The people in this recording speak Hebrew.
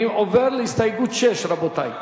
אני עובר להסתייגות 6, רבותי.